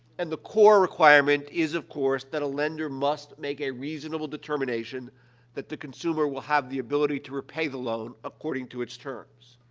and the core requirement is, of course, that a lender must make a reasonable determination that the consumer will have the ability to repay the loan according to its terms.